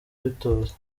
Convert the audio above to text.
bitoza